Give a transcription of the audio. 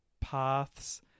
paths